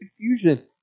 confusion